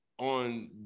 on